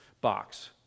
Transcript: box